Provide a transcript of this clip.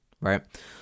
right